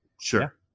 Sure